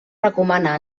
recomana